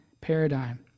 paradigm